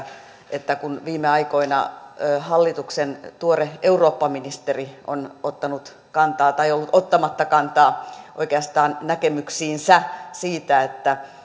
että kun viime aikoina hallituksen tuore eurooppaministeri on ottanut tai oikeastaan ollut ottamatta kantaa näkemyksiinsä